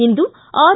ಇಂದು R